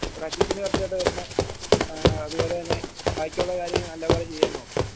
പ്രാക്ടീസിന് കറക്റ്റായിട്ട് വരണം അതു പോലെ തന്നെ ബാക്കിയുള്ള കാര്യങ്ങൾ നല്ല പോലെ ചെയ്യാൻ നോക്കണം